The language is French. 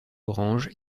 orange